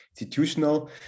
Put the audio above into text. institutional